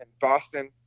Boston